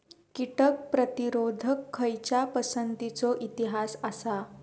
कीटक प्रतिरोधक खयच्या पसंतीचो इतिहास आसा?